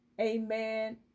Amen